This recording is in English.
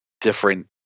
different